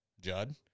Judd